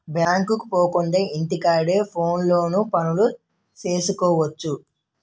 బ్యాంకుకు పోకుండా ఇంటి కాడే ఫోనులో పనులు సేసుకువచ్చు